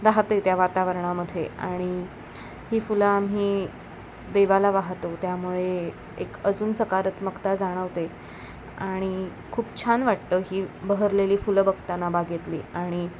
राहते त्या वातावरणामध्ये आणि ही फुलं आम्ही देवाला वाहतो त्यामुळे एक अजून सकारात्मकता जाणवते आणि खूप छान वाटतं ही बहरलेली फुलं बघताना बागेतली आणि